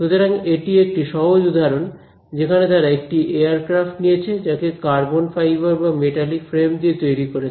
সুতরাং এটি একটি সহজ উদাহরণ যেখানে তারা একটি এয়ারক্রাফট নিয়েছে যাকে কার্বন ফাইবার বা মেটালিক ফ্রেম দিয়ে তৈরি করেছে